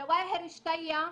ג'באיה רשתיה,